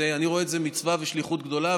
אני רואה את זה מצווה ושליחות גדולה,